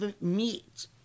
meet